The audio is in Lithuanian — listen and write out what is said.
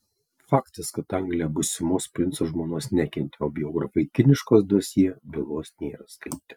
faktas kad anglija būsimos princo žmonos nekentė o biografai kiniškos dosjė bylos nėra skaitę